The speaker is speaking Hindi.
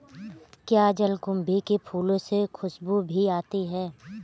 क्या जलकुंभी के फूलों से खुशबू भी आती है